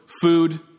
Food